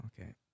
okay